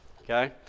okay